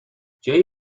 جویی